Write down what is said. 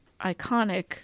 Iconic